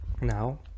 now